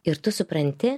ir tu supranti